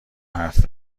حرف